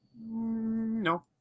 No